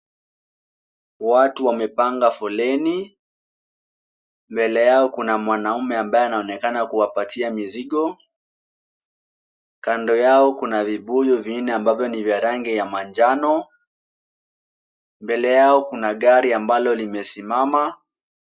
Watu wamepanga foleni, mbele yao kuna mwanaume ambaye anaonekana kuwapatia mizigo. Kando yao kuna vibuyu vinne ambavyo ni vya rangi ya manjano. Mbele yao kuna gari ambalo limesimama.